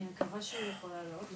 אני מקווה שהוא יכול לעלות,